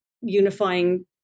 unifying